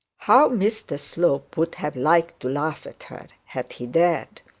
how mr slope would have liked to laugh at her, had he dared!